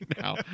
now